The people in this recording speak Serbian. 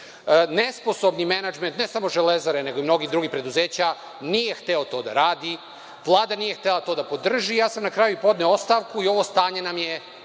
završi. Nesposobni menadžment ne samo „Železare“, nego i mnogih drugih preduzeća, nije hteo to da radi. Vlada nije htela to da podrži. Ja sam na kraju i podneo ostavku i ovo stanje nam je